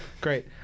Great